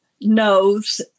knows